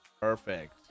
perfect